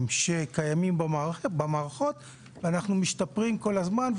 שקיימים במערכות ואנחנו משתפרים כל הזמן.